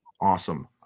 Awesome